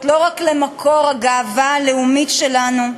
לא רק כמקור הגאווה הלאומית שלנו,